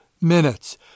minutes